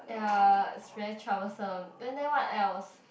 ya it's very troublesome and then what else